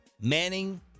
Manning